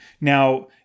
Now